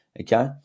okay